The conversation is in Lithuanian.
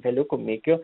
peliuku mikiu